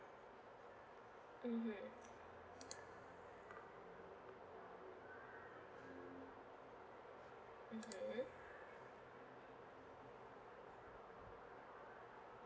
mmhmm mmhmm